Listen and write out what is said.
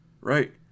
right